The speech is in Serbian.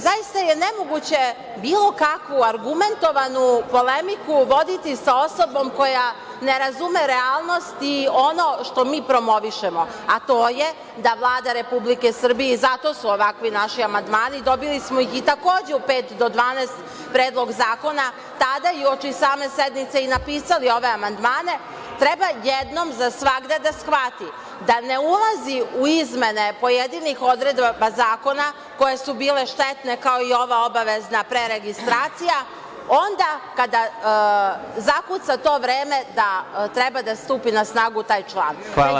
Zaista je nemoguće bilo kakvu argumentovanu polemiku voditi sa osobom koja ne razume realnost i ono što mi promovišemo, a to je da Vlada Republike Srbije i zato su ovakvi naši amandmani, dobili smo ih takođe u pet do 12, predlog zakona, tada i uoči same sednice i napisali ove amandmane, treba jednom zasvagda da shvati da ne ulazi u izmene pojedinih odredaba zakona koje su bile štetne kao i ova obavezna preregistracija onda kada zakuca to vreme da treba da stupi na snagu taj član.